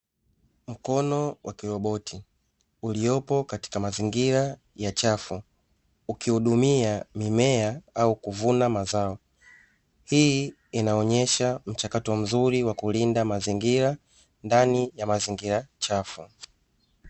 Mkono wa kiroboti uliopo katika mazingira ya chafu, ukihudumia mimea au kuvuna mazao, hii inaonyesha mchakato mzuri wa kulinda mazingira, ndani ya mazingira chafu.